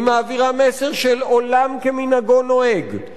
היא מעבירה מסר של "עולם כמנהגו נוהג",